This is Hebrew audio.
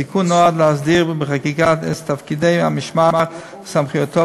התיקון נועד להסדיר בחקיקה את תפקידי המשמר וסמכויותיו,